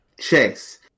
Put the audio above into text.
Chase